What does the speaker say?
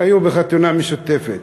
היו בחתונה משותפת.